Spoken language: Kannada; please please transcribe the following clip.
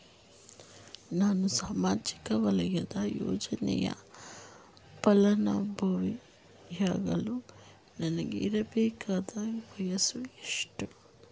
ನಾನು ಸಾಮಾಜಿಕ ವಲಯದ ಯೋಜನೆಯ ಫಲಾನುಭವಿ ಯಾಗಲು ನನಗೆ ಇರಬೇಕಾದ ವಯಸ್ಸು ಎಷ್ಟು?